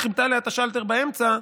היא כיבתה עליה את השלטר באמצע,